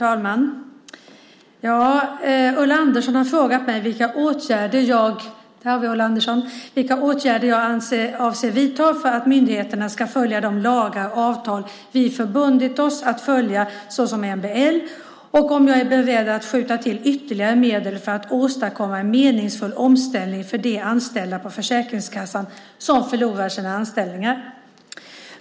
Herr talman! Ulla Andersson har frågat mig vilka åtgärder jag avser att vidta för att myndigheterna ska följa de lagar och avtal vi förbundit oss att följa, såsom MBL, och om jag är beredd att skjuta till ytterligare medel för att åstadkomma en meningsfull omställning för de anställda på Försäkringskassan som förlorar sina anställningar.